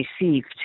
received